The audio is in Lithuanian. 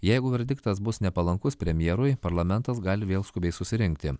jeigu verdiktas bus nepalankus premjerui parlamentas gali vėl skubiai susirinkti